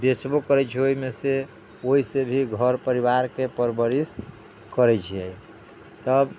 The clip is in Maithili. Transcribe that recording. बेचबो करै छियै ओहिमे से ओहि से भी घर परिवार के परवरिश करै छियै तब